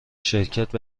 شرکت